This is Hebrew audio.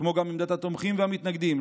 וכמו גם עמדת התומכים והמתנגדים,